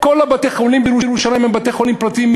כל בתי-החולים בירושלים הם בתי-חולים פרטיים,